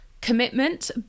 commitment